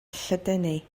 lledaenu